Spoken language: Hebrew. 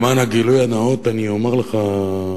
למען הגילוי הנאות אני אומר לך,